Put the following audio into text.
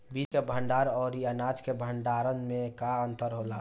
बीज के भंडार औरी अनाज के भंडारन में का अंतर होला?